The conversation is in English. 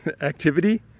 activity